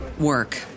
work